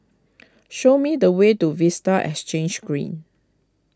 show me the way to Vista Exhange Green